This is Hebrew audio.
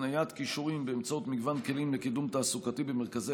הקניית כישורים באמצעות מגוון כלים לקידום תעסוקתי במרכזי